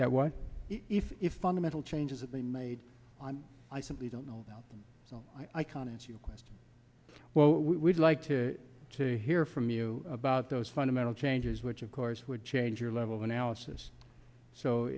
that what if if fundamental changes that they made on i simply don't know now i can answer your question well we'd like to hear from you about those fundamental changes which of course would change your level of analysis so